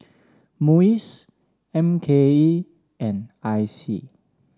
MUIS M K E and I C